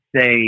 say